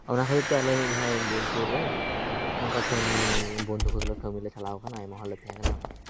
ᱚᱱᱟ ᱠᱷᱟᱹᱛᱤᱨ ᱛᱮ ᱟᱞᱮ ᱢᱤᱫ ᱫᱷᱟᱣ ᱵᱳᱞᱯᱩᱨ ᱨᱮ ᱚᱱᱠᱟ ᱠᱟᱹᱢᱤ ᱵᱚᱱᱫᱚ ᱠᱚᱛᱮ ᱠᱟᱹᱢᱤ ᱞᱮ ᱪᱟᱞᱟᱣ ᱟᱠᱟᱱᱟ ᱟᱭᱢᱟ ᱦᱚᱲ ᱞᱮ ᱛᱟᱦᱮᱸ ᱠᱟᱱᱟ